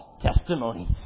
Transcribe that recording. testimonies